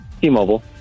T-Mobile